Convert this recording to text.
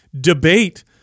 debate